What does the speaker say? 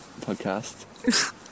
podcast